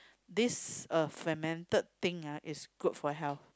this uh fermented thing ah is good for health